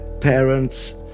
parents